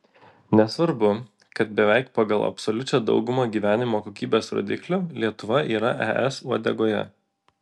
nesvarbu kad beveik pagal absoliučią daugumą gyvenimo kokybės rodiklių lietuva yra es uodegoje